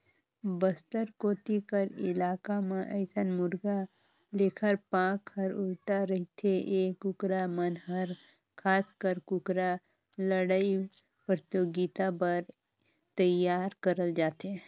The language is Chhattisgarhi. बस्तर कोती कर इलाका म अइसन मुरगा लेखर पांख ह उल्टा रहिथे ए कुकरा मन हर खासकर कुकरा लड़ई परतियोगिता बर तइयार करल जाथे